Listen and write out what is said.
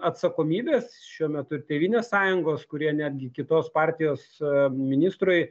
atsakomybės šiuo metu tėvynės sąjungos kurie netgi kitos partijos ministrui